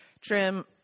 Trim